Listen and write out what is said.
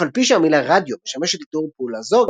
אף על פי שהמילה "רדיו" משמשת לתיאור תופעה זו,